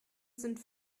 sind